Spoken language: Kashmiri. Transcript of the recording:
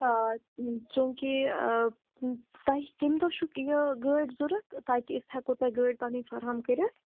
آ چوٗنٛکہِ تۄہہِ کَمۍ دۄہ چھُو یہِ گٲڑۍ ضوٚرَتھ تاکہِ أسۍ ہٮ۪کو تۄہہِ گٲڑۍ پَنٕنۍ فرہَم کٔرِتھ